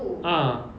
ah